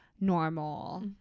normal